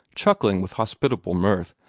chuckling with hospitable mirth,